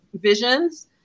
visions